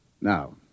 Now